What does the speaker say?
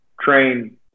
train